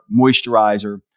moisturizer